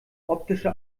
optische